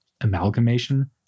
Amalgamation